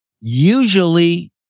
Usually